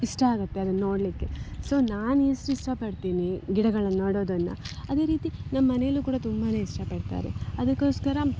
ಇಷ್ಟ ಆಗುತ್ತೆ ಅದನ್ನು ನೋಡಲಿಕ್ಕೆ ಸೊ ನಾನು ಎಷ್ಟು ಇಷ್ಟಪಡ್ತೀನಿ ಗಿಡಗಳನ್ನು ನೆಡೋದನ್ನು ಅದೇ ರೀತಿ ನಮ್ಮ ಮನೆಯಲ್ಲೂ ಕೂಡ ತುಂಬಾ ಇಷ್ಟಪಡ್ತಾರೆ ಅದಕ್ಕೋಸ್ಕರ